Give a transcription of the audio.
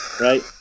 right